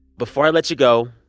before i let you go,